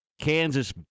Kansas